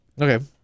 Okay